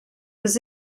was